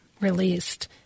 released